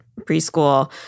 preschool